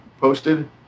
posted